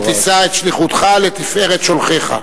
ותישא את שליחותך לתפארת שולחיך.